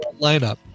lineup